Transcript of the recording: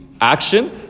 action